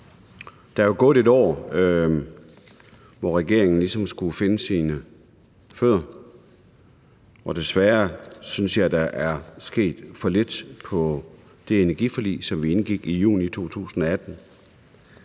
Der er jo gået et år, hvor regeringen ligesom skulle finde sine fødder, og desværre synes jeg, der er sket for lidt på det energiforlig, som vi indgik i juni 2018.